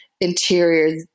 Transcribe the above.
interior